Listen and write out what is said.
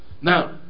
Now